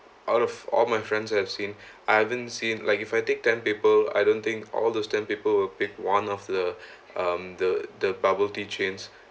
out of all my friends have seen I haven't seen like if I take ten people I don't think all those ten people will pick one of the um the the bubble tea chains